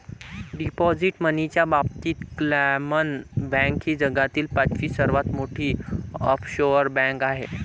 deposit मनीच्या बाबतीत क्लामन बँक ही जगातील पाचवी सर्वात मोठी ऑफशोअर बँक आहे